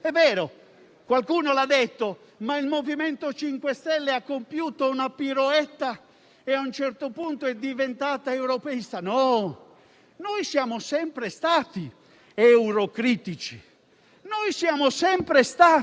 è diventata europeista. No, noi siamo sempre stati fortemente eurocritici; noi addirittura diffidiamo ancora oggi degli europeisti della prima ora,